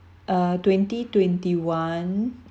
uh twenty twenty-one